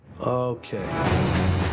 Okay